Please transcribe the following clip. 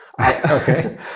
Okay